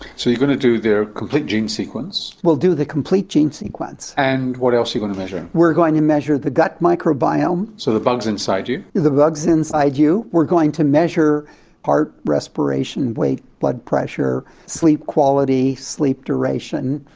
so you're going to do their complete gene sequence? we'll do the complete gene sequence. and what else are you going to measure? we're going to measure the gut microbiome. so the bugs inside you? the the bugs inside you. we're going to measure heart, respiration, weight, blood pressure, sleep quality, sleep duration,